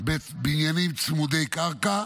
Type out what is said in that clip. בבניינים צמודי קרקע.